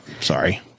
sorry